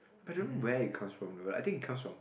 but I don't know where it comes from though I think it comes from